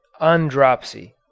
andropsy